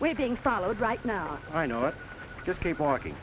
way being followed right now i know it just keep walking